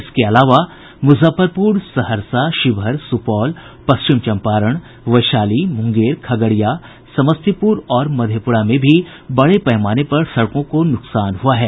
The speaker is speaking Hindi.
इसके अलावा मुजफ्फरपुर सहरसा शिवहर सुपौल पश्चिम चम्पारण वैशाली मुंगेर खगड़िया समस्तीपुर और मधेपुरा में भी बड़े पैमाने पर सड़कों को नुकसान हुआ है